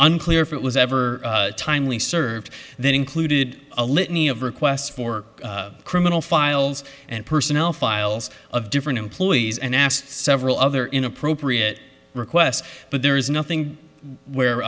unclear if it was ever timely served that included a litany of requests for criminal files and personnel files of different employees and asked several other inappropriate requests but there is nothing where